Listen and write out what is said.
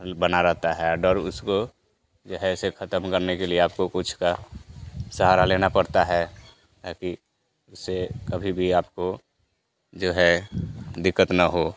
हल बना रहता है डर उसको जो है इसे ख़त्म करने के लिए आपको कुछ का सहारा लेना पड़ता है ताकि उससे कभी भी आपको जो है दिक्कत न हो